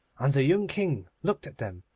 and the young king looked at them,